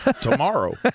tomorrow